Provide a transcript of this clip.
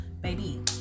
Baby